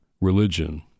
religion